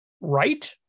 right